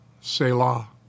Selah